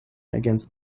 against